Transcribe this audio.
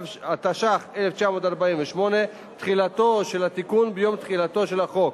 התש"ח 1948. תחילתו של התיקון ביום תחילתו של החוק,